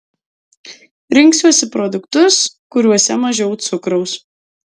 rinksiuosi produktus kuriuose mažiau cukraus